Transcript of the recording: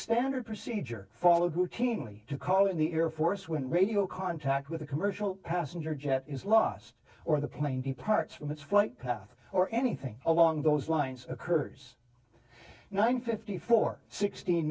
standard procedure followed routinely to call in the air force when radio contact with a commercial passenger jet is lost or the plane departs from its flight path or anything along those lines occurs nine fifty four sixteen